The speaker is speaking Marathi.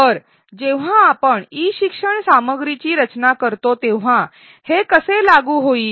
तर जेव्हा आपण ई शिक्षण सामग्रीची रचना करतो तेव्हा हे कसे लागू होईल